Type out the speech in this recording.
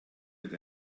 mit